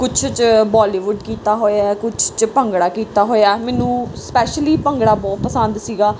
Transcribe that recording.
ਕੁਛ 'ਚ ਬਾਲੀਵੁੱਡ ਕੀਤਾ ਹੋਇਆ ਕੁਛ 'ਚ ਭੰਗੜਾ ਕੀਤਾ ਹੋਇਆ ਮੈਨੂੰ ਸਪੈਸ਼ਲੀ ਭੰਗੜਾ ਬਹੁਤ ਪਸੰਦ ਸੀਗਾ